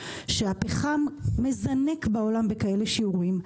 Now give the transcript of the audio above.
כשהפחם מזנק בעולם בכאלה שיעורים,